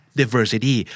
diversity